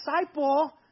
disciple